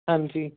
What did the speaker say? ਹਾਂਜੀ